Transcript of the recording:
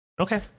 Okay